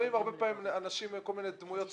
הרבה פעמים אלה כל מיני דמויות ציבוריות,